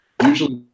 Usually